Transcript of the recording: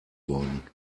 worden